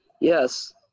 Yes